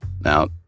Now